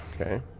Okay